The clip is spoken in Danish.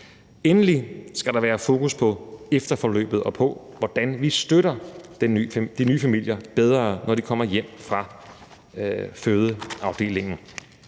Endelig skal der være fokus på efterforløbet og på, hvordan vi støtter de nye familier bedre, når de kommer hjem fra fødeafdelingen.